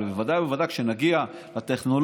אבל בוודאי ובוודאי כשנגיע לטכנולוגיות